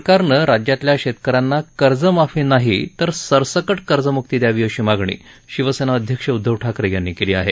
सरकारनं राज्यातल्या शेतक यांना कर्जमाफी नाही तर सरसकट कर्जम्क्ती द्यावी अशी मागणी शिवसेना अध्यक्ष उद्धव ठाकरे यांनी केली आहे